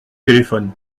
téléphone